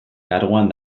karguan